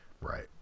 Right